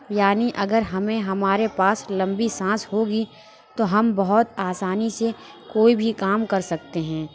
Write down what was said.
یعنی اگر ہمیں ہمارے پاس لمبی سانس ہوگی تو ہم بہت آسانی سے کوئی بھی کام کر سکتے ہیں